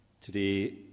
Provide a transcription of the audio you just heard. Today